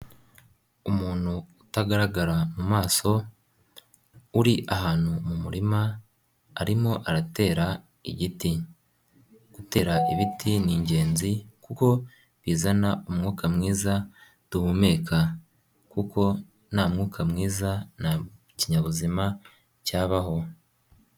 Umuntu utagaragara mu maso uri ahantu mu murima arimo aratera igiti, gutera ibiti ni ingenzi kuko rizana umwuka mwiza duhumeka kuko nta mwuka mwiza nta kinyabuzima cyabaho.